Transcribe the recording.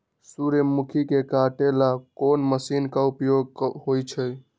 सूर्यमुखी के काटे ला कोंन मशीन के उपयोग होई छइ?